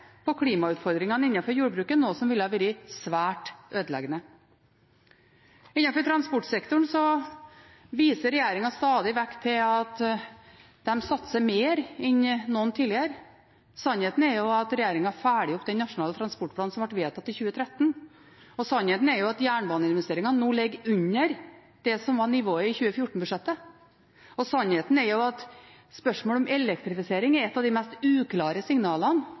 på klimautfordringene, noe som ville ha vært svært ødeleggende. Innenfor transportsektoren viser regjeringen stadig vekk til at de satser mer enn noen tidligere. Sannheten er at regjeringen følger opp den nasjonale transportplanen som ble vedtatt i 2013. Sannheten er at jernbaneinvesteringene nå ligger under det som var nivået i 2014-budsjettet. Og sannheten er at spørsmålet om elektrifisering er et av de mest uklare signalene